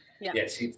Yes